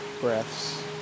breaths